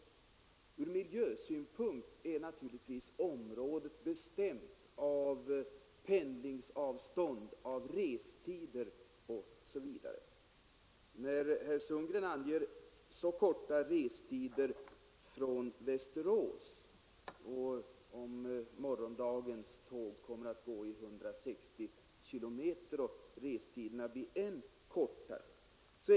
Ur miljösynpunkt är naturligtvis området bestämt av pendlingsavstånd, restider osv. Herr Sundgren anger korta restider från Västerås, och om morgondagens tåg går med 160 km/tim, blir restiderna än kortare.